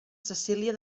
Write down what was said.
cecília